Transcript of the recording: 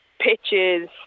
pitches